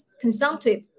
consumptive